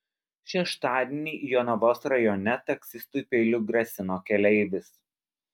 šeštadienį jonavos rajone taksistui peiliu grasino keleivis